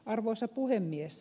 arvoisa puhemies